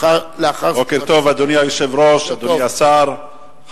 בכביש 70. בבקשה, כבוד השר יעלה.